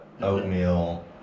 oatmeal